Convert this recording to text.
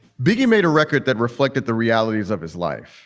biggie made a record that reflected the realities of his life.